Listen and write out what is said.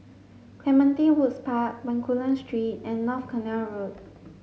Clementi Woods Park Bencoolen Street and North Canal Road